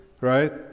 right